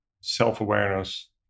self-awareness